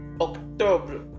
October